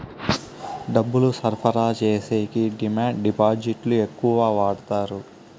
డబ్బులు సరఫరా చేసేకి డిమాండ్ డిపాజిట్లు ఎక్కువ వాడుతారు